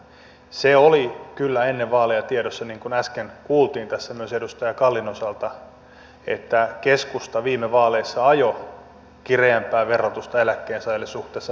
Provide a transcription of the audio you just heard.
se oli kyllä ennen vaaleja tiedossa niin kuin äsken kuultiin tässä myös edustaja kallin osalta että keskusta viime vaaleissa ajoi kireämpää verotusta eläkkeensaajille suhteessa palkansaajiin